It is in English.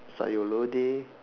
sayur lodeh